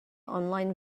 online